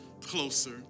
closer